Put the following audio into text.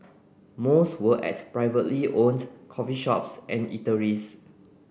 most were at privately owned coffee shops and eateries